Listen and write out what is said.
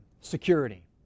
Security